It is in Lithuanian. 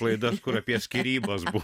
laidas kur apie skyrybas buvo